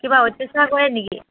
কিবা অত্যাচাৰ কৰে নেকি